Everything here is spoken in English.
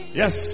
yes